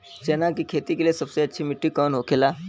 चना की खेती के लिए सबसे अच्छी मिट्टी कौन होखे ला?